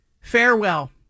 Farewell